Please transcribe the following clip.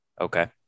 Okay